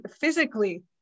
physically